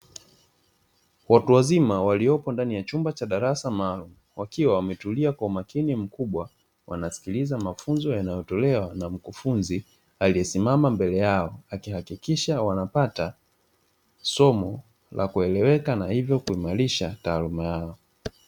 Watu wazima waliopo ndani ya chumba cha darasa maalumu, wakiwa wametulia kwa umakini mkubwa wanasikiliza mafunzo yanayotolewa na mkufunzi aliyesimama mbele yao, akihakikisha wanapata somo la kueleweka na hivyo kuimarisha taaluma yao.